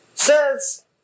says